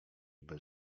bez